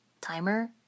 Timer